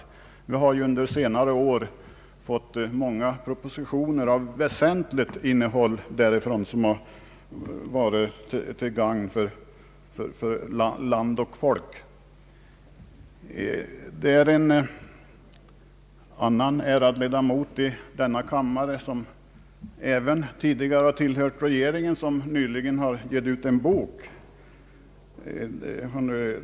Under senare år har vi därifrån fått många propositioner av väsentligt innehåll, som varit till gagn för land och folk. En annan ärad ledamot av denna kammare, som även tidigare tillhört regeringen, har nyligen givit ut en bok.